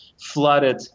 flooded